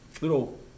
little